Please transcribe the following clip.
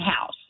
house